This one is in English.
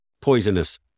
Poisonous